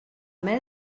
mel